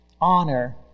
honor